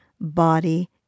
body